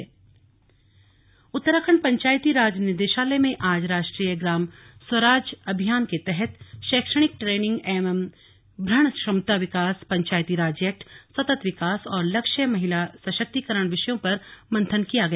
slug Panchayati Raj Uttarakhand Panchayati Raj निदेशालय में आज राष्ट्रीय ग्राम स्वराज अभियान के तहत शैक्षणिक ट्रेनिंग एवं भ्रमण क्षमता विकास पंचायती राज एक्ट सतत विकास और लक्ष्य महिला सशक्तिकरण विषयों पर मंथन किया गया